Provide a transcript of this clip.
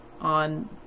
on